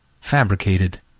fabricated